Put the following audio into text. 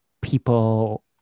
people